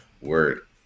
word